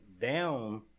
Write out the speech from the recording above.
down